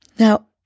Now